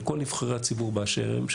של כל נבחרי הציבור באשר הם,